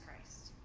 Christ